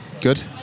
Good